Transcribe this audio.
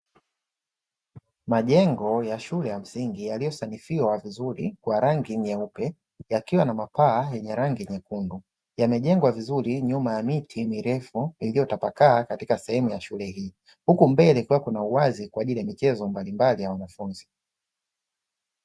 Majengo ya shule ya msingi yaliyosanifiwa vizuri kwa rangi nyeupe yakiwa na mapaa yenye rangi nyekundu. Yamejengwa vizuri nyuma ya miti mirefu iliyotapakaa katika sehemu ya shule hii, huku mbele kukiwa na uwazi kwa ajili ya michezo mbalimbali ya wanafunzi.